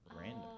random